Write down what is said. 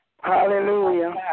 Hallelujah